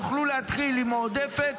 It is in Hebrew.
יוכלו להתחיל עם מועדפת,